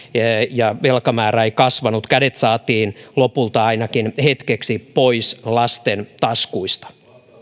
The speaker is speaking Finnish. ja velkamäärä ei kasvanut kädet saatiin lopulta ainakin hetkeksi pois lasten taskuista